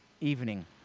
evening